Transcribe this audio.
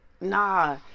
nah